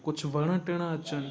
कुझु वण टिण अचनि